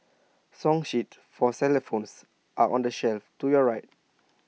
song sheets for xylophones are on the shelf to your right